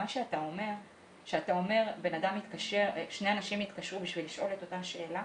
אתה אומר ששני אנשים התקשרו כדי לשאול את אותה שאלה,